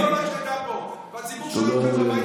והחברה הישראלית כולה הפסידו הערב.